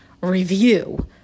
review